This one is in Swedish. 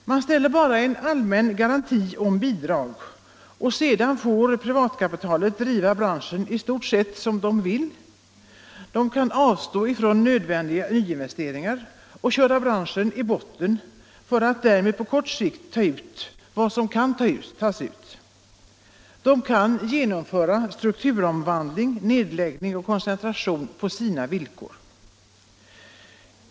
Man ställer bara en allmän garanti om bidrag. Sedan får privatkapitalet driva branschen i stort sett som det vill. Företagarna kan avstå från nödvändiga nyinvesteringar och köra branschen i botten för att därmed på kort sikt ta ut vad som kan tas ut. De kan genomföra strukturomvandlingar, nedläggningar och koncentration på sina villkor.